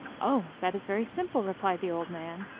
oh, that is very sim ple, replied the old man.